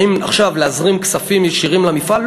האם עכשיו להזרים כספים ישירים למפעל?